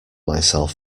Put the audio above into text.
myself